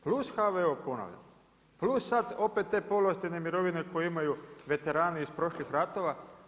Plus HVO, ponavljam, plus sad opet te povlaštene mirovine koje imaju veterani iz prošlih ratova.